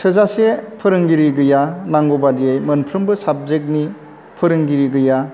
थोजासे फोरोंगिरि गैया नांगौबायदियै मोनफ्रोमबो साबजेक्ट नि फोरोंगिरि गैया